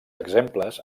exemples